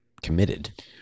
committed